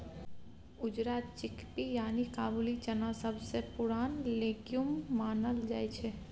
उजरा चिकपी यानी काबुली चना सबसँ पुरान लेग्युम मानल जाइ छै